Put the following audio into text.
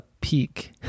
peak